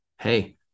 hey